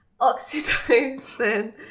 oxytocin